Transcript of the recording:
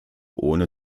ohne